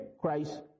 Christ